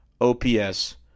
ops